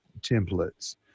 templates